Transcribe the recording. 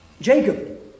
Jacob